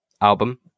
album